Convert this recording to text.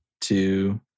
two